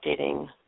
updating